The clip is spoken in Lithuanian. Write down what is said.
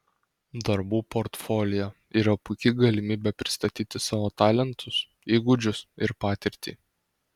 darbų portfolio yra puiki galimybė pristatyti savo talentus įgūdžius ir patirtį